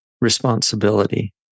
responsibility